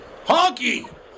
Honky